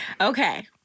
Okay